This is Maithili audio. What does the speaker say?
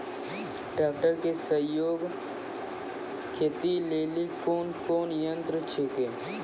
ट्रेकटर के सहयोगी खेती लेली कोन कोन यंत्र छेकै?